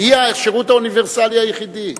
שהיא השירות האוניברסלי היחידי,